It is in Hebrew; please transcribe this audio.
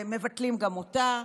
מבטלים גם אותה.